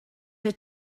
her